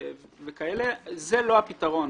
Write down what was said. זה לא הפתרון.